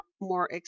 more